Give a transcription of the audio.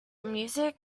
music